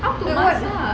but